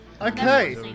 Okay